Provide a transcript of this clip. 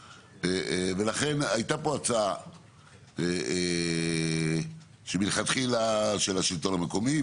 לכן הייתה פה הצעה שמלכתחילה של השלטון המקומי,